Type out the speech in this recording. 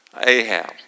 Ahab